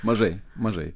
mažai mažai